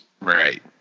Right